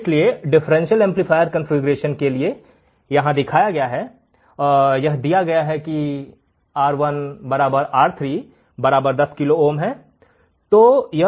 इसलिए differential amplifier configuration के लिए यहां दिखाया गया है यह दिया गया है कि R1 R3 10 kilo ohm kilo ohms